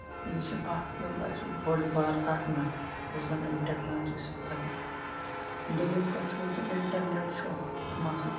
یہِ چھُ اکھ مےٚ باسیو بٔڑ بارٕ اکھ نہہ یُس زَن اَمہِ ٹیکنالجی سۭتۍ بَدلیو دوٚیِم کَتھ چھِ ؤنکین اِنٹرنیٹ چھُ مَسلہٕ